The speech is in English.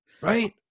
Right